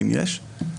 אם יש.